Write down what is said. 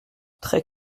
très